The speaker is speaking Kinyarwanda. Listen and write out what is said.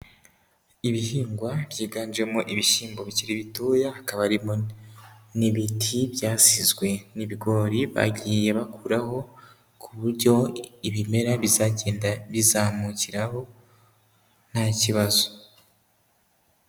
Ibihingwa byiganjemo ibishyimbo bikiri bitoya, hakaba harimo n'ibiti byasizwe n'ibigori bagiye bakuraho ku buryo ibimera bizagenda bizamukiraho nta kibazo.